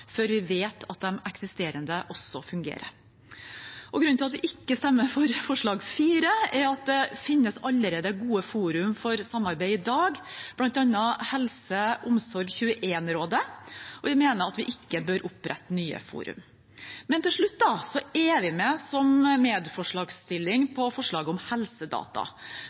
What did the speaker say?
før vi vet at de eksisterende også fungerer. Grunnen til at vi ikke stemmer for forslag nr. 4, er at det allerede finnes gode forum for samarbeid i dag, bl.a. HelseOmsorg21-rådet, og vi mener vi ikke bør opprette nye forum. Til slutt: Vi er med som medforslagsstiller på forslaget om helsedata,